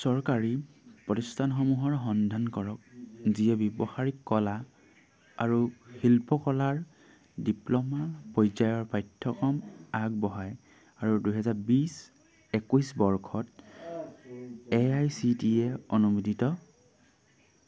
চৰকাৰী প্ৰতিষ্ঠানসমূহৰ সন্ধান কৰক যিয়ে ব্যৱহাৰিক কলা আৰু শিল্পকলাৰ ডিপ্ল'মা পৰ্যায়ৰ পাঠ্যক্ৰম আগবঢ়ায় আৰু দুহেজাৰ বিছ দুহেজাৰ একৈছ বৰ্ষত A I C T E অনুমোদিত